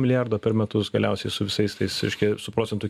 milijardo per metus galiausiai su visais tais reiškia su procentų